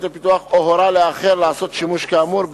לפיתוח או הורה לאחר לעשות שימוש כאמור,